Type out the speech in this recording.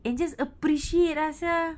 and just appreciate lah sia